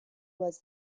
was